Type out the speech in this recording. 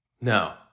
No